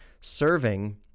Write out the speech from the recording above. Serving